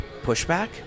pushback